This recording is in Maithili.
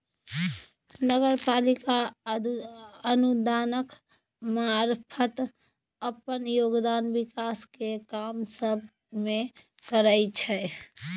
नगर पालिका अनुदानक मारफत अप्पन योगदान विकास केर काम सब मे करइ छै